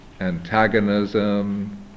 antagonism